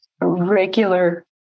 regular